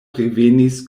revenis